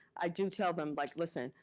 i do tell them, like, listen,